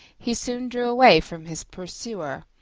he soon drew away from his pursuer,